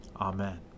Amen